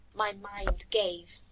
my mind gave.